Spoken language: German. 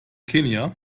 kenia